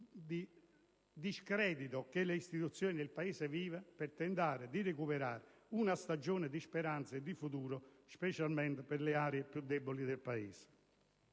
discredito che le istituzioni del Paese vivono, per tentare di recuperare una stagione di speranza e di futuro, specialmente per le aree più deboli del Paese.